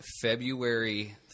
February